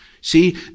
see